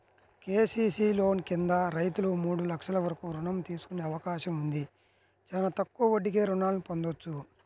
KCC loan కింద రైతులు మూడు లక్షల వరకు రుణం తీసుకునే అవకాశం ఉంది, చానా తక్కువ వడ్డీకే రుణాల్ని పొందొచ్చు